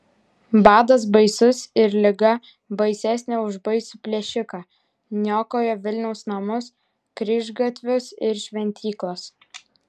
badas baisus ir liga baisesnė už baisų plėšiką niokoja vilniaus namus kryžgatvius ir šventyklas